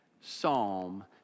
psalm